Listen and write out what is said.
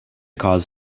cause